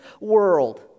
world